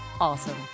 awesome